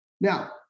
Now